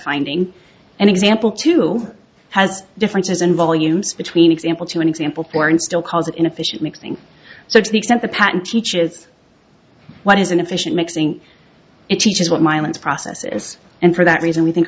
finding an example too has differences in volumes between example two an example pour in still calls inefficient mixing so to the extent the patent teaches what is an efficient mixing it teaches what milans process is and for that reason we think